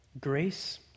Grace